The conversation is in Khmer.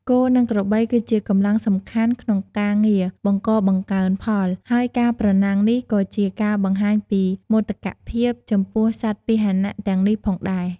គោ និងក្របីគឺជាកម្លាំងសំខាន់ក្នុងការងារបង្កបង្កើនផល ហើយការប្រណាំងនេះក៏ជាការបង្ហាញពីមោទកភាពចំពោះសត្វពាហនៈទាំងនេះផងដែរ។